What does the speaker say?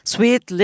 Sweet